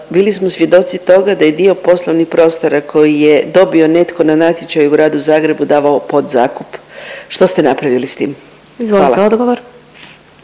Bili smo svjedoci toga da je dio poslovnih prostora koji je dobio netko na natječaju u gradu Zagrebu davao u podzakup. Što ste napravili s tim? Hvala.